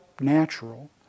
natural